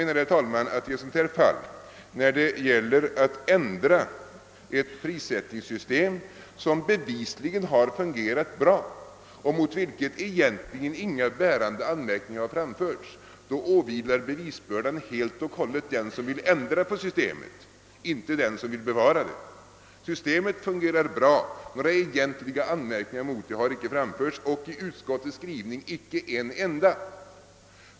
När det gäller att ändra ett prissättningssystem, som bevisligen har fungerat bra och mot vilket egentligen inga bärande anmärkningar har framförts, åvilar enligt min mening bevisbördan helt och hållet den som vill ändra på systemet, inte den som vill bevara det. Systemet fungerar bra. Några egentliga anmärkningar mot det har inte framförts och i utskottets skrivning icke en enda.